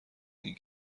این